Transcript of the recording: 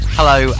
Hello